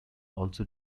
also